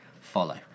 follow